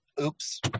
Oops